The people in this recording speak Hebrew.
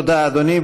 תודה, אדוני.